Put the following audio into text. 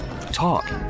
Talk